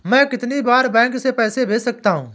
मैं कितनी बार बैंक से पैसे भेज सकता हूँ?